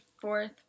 fourth